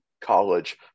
college